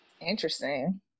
Interesting